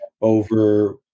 over –